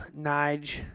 Nige